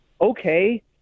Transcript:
okay